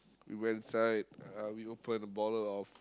we went inside uh we open a bottle of